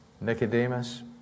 Nicodemus